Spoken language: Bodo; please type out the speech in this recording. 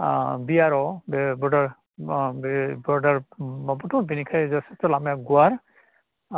बिआरअ बरदार अह बे बरदार माबाथ' बेनि